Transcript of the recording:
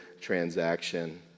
transaction